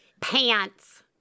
pants